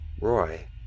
Roy